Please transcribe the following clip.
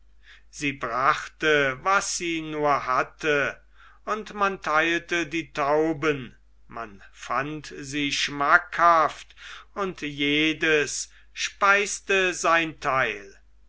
sie brachte was sie nur hatte und man teilte die tauben man fand sie schmackhaft und jedes speiste sein teil